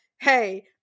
Hey